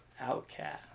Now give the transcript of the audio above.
outcast